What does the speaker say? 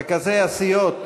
רכזי הסיעות,